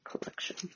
collection